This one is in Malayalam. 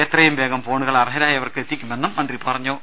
എത്രയുംവേഗം ഫോണുകൾ അർഹരായവർക്ക് എത്തിക്കുമെന്ന് മന്ത്രി പറഞ്ഞു